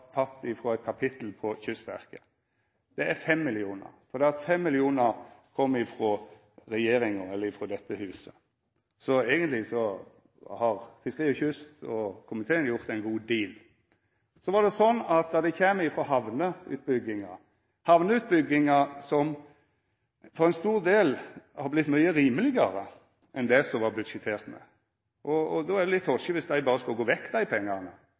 eit kapittel på Kystverket sitt budsjett. Det er 5 mill., for 5 mill. kr kom frå dette huset. Så eigentleg har komiteen gjort ein god deal. Dei kjem frå hamneutbygginga, som for ein stor del har vorte mykje rimelegare enn det det var budsjettert med. Då hadde det vore litt toskete om dei berre skulle gå vekk, dei pengane.